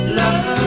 love